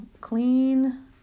clean